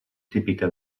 típica